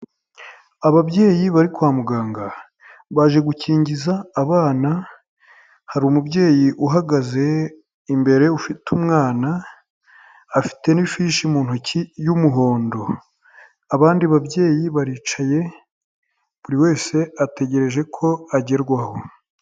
Ababyeyi bari kwa muganga, baje gukingiza abana, hari umubyeyi uhagaze imbere ufite umwana, afite n'ifishi mu ntoki y'umuhondo, abandi babyeyi baricaye, buri wese ategereje ko agerwaho.